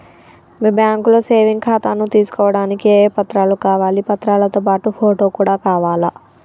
మీ బ్యాంకులో సేవింగ్ ఖాతాను తీసుకోవడానికి ఏ ఏ పత్రాలు కావాలి పత్రాలతో పాటు ఫోటో కూడా కావాలా?